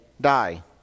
die